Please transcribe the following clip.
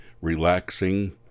relaxing